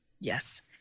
Yes